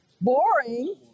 Boring